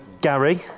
Gary